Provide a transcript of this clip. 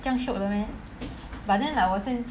这样 shiok 的 meh but then ah 我现